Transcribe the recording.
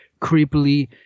creepily